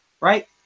right